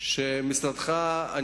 התשתיות שמשרדך מקדם.